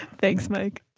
thanks mike